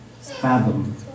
fathom